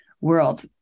world